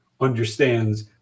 understands